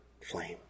flame